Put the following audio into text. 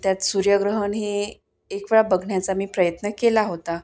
त्यात सूर्यग्रहण हे एक वेळा बघण्याचा मी प्रयत्न केला होता